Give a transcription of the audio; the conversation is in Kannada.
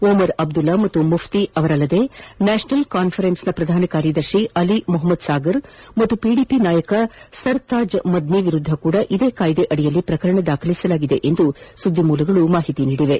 ಓಮರ್ ಅಬ್ದುಲ್ಲಾ ಮತ್ತು ಮುಫ್ತಿ ಅವರಲ್ಲದೆ ನ್ಯಾಷನಲ್ ಕಾನ್ಟರೆನ್ಸ್ ನ ಪ್ರಧಾನ ಕಾರ್ಯದರ್ಶಿ ಅಲಿ ಮೊಹಮದ್ ಸಾಗರ್ ಮತ್ತು ಪಿಡಿಪಿ ನಾಯಕ ಸರ್ತಾಜ್ ಮದ್ವಿ ವಿರುದ್ದವೂ ಇದೇ ಕಾಯಿದೆ ಅಡಿಯಲ್ಲಿ ಪ್ರಕರಣ ದಾಖಲಿಸಲಾಗಿದೆ ಎಂದು ಮೂಲಗಳು ತಿಳಿಸಿವೆ